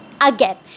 Again